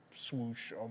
swoosh